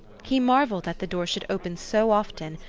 he marvelled that the door should open so often,